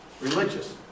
religious